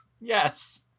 Yes